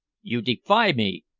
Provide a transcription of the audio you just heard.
you defy me!